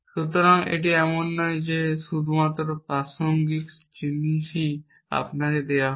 সুতরাং এটি এমন নয় যে শুধুমাত্র প্রাসঙ্গিক জিনিসগুলিই আপনাকে দেওয়া হয়